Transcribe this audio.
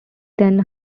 then